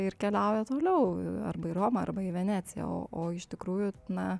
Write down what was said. ir keliauja toliau arba į romą arba į veneciją o o iš tikrųjų na